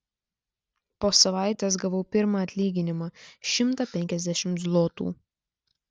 po savaitės gavau pirmą atlyginimą šimtą penkiasdešimt zlotų